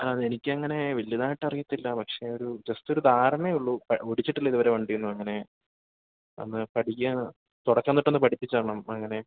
അത് എനിക്ക് അങ്ങനെ വലിയതായിട്ട് അറിയത്തില്ല പക്ഷേ ഒരു ജെസ്റ്റൊരു ധാരണയെയുള്ളു ഓടിച്ചിട്ടില്ല ഇതുവരെ വണ്ടിയൊന്നും അങ്ങനെ ഒന്ന് പഠിക്കാനാണ് തുടക്കം തൊട്ടൊന്ന് പഠിപ്പിച്ച് തരണം അങ്ങനെ